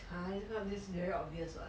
!huh! this [one] this is very obvious [what]